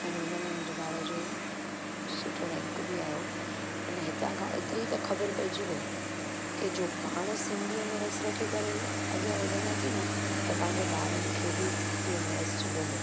अने हुन में मुंहिंजे ॿार जो सुठो रेंक बि आहियो अने हितां खां एतिरी त ख़बर पएजी वेई के जो पाणि सिंधीअ में रसु रखी करे अॻियां वधंदासीं न त पंहिंजे ॿारनि खे बि सिंधीअ में रसु जॻंदो